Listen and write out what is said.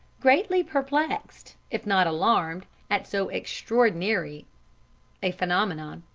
greatly perplexed, if not alarmed, at so extraordinary a phenomenon,